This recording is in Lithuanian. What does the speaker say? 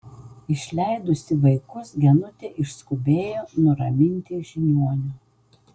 išleidusi vaikus genutė išskubėjo nuraminti žiniuonio